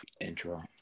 Intro